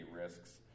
risks